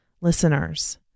listeners